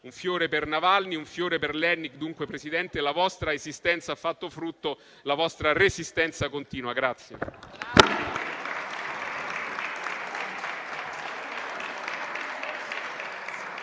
Un fiore per Navalny, un fiore per Lednik, dunque, Presidente: la vostra esistenza ha fatto frutto, la vostra resistenza continua.